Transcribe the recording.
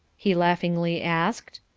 he laughingly asked.